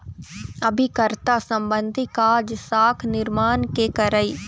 अभिकर्ता संबंधी काज, साख निरमान के करई